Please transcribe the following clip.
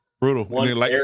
Brutal